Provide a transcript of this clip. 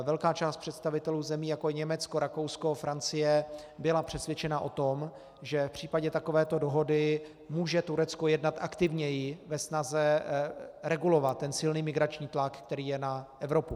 Velká část představitelů zemí, jako je Německo, Rakousko, Francie, byla přesvědčena o tom, že v případě takovéto dohody může Turecko jednat aktivněji ve snaze regulovat ten silný migrační tlak, který je Evropu.